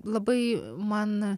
labai man